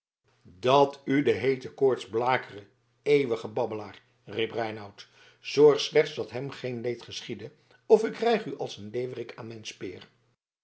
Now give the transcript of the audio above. dat u de heete koorts blakere eeuwige babbelaar riep reinout zorg slechts dat hem geen leed geschiede of ik rijg u als een leeuwerik aan mijn speer